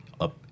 up